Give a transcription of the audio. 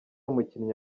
umukinnyi